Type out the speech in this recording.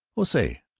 oh, say,